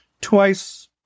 twice